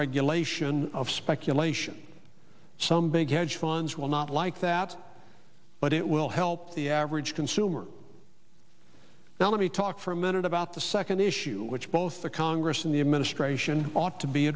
regulation of speculation some big hedge funds will not like that but it will help the average consumer now let me talk for a minute about the second issue which both the congress and the administration ought to be